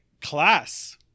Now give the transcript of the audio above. class